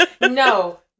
No